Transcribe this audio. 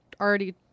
already